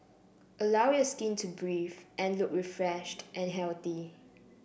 allow your skin to breathe and look refreshed and healthy